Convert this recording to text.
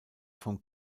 von